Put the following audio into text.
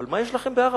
אבל מה יש לכם בהר-הבית?